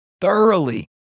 thoroughly